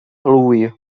lůj